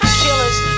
killers